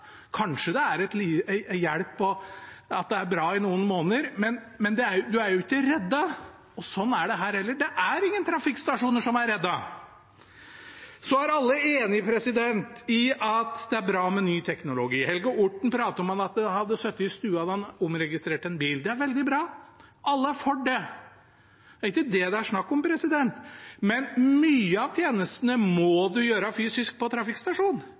Kanskje det er en hjelp og bra i noen måneder, men en er ikke reddet. Og sånn er det her også. Det er ingen trafikkstasjoner som er reddet. Så er alle enige om at det er bra med ny teknologi. Helge Orten pratet om at han hadde sittet i stua da han omregistrerte en bil. Det er veldig bra. Alle er for det. Det er ikke det det er snakk om, men mye av tjenestene må en gjøre fysisk på